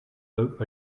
leuk